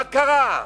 מה קרה?